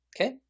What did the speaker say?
Okay